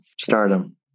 stardom